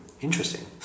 interesting